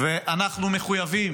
ואנחנו מחויבים